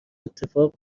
اتفاق